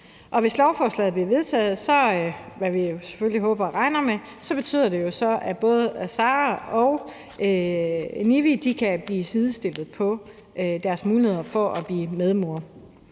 vi selvfølgelig håber og regner med, betyder det jo så, at Sara og Nivi kan blive sidestillet i deres muligheder for at blive medmor.